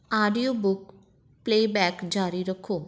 audiobook playback ਜਾਰੀ ਰੱਖੋ